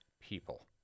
people